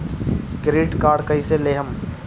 Credit card कईसे लेहम?